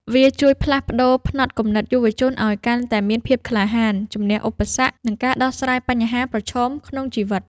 វាជួយផ្លាស់ប្តូរផ្នត់គំនិតយុវជនឱ្យកាន់តែមានភាពក្លាហាន ជម្នះឧបសគ្គ និងការដោះស្រាយបញ្ហាប្រឈមក្នុងជីវិត។